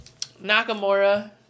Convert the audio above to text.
Nakamura